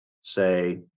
say